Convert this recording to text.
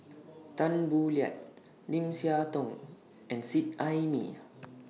Tan Boo Liat Lim Siah Tong and Seet Ai Mee